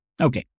Okay